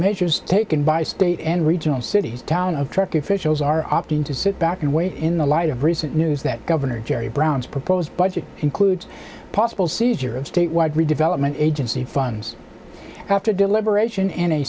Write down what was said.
measures taken by state and regional cities town of truck officials are opting to sit back and wait in the light of recent news that governor jerry brown's proposed budget includes possible seizure of state wide redevelopment agency funds after deliberation in a